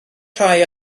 rhai